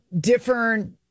Different